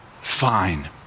fine